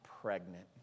pregnant